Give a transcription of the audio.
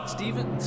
Steven